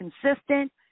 consistent